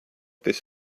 this